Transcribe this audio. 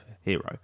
hero